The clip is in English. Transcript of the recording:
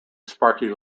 sparky